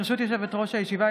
ברשות יושבת-ראש הישיבה,